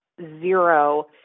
zero